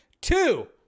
two